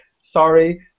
sorry